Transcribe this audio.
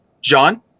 John